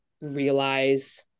realize